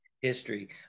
history